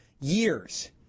years